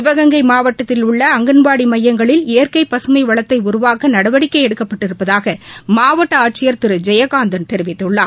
சிவகங்கை மாவட்டத்தில் உள்ள அங்கன்வாடி மையங்களில் இயற்கை பசுமை வளத்தை உருவாக்க நடவடிக்கை எடுக்கப்பட்டிருப்பதாக மாவட்ட ஆட்சியர் திரு ஜெயகாந்தன் தெரிவித்துள்ளார்